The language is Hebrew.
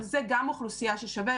זו גם אוכלוסייה ששווה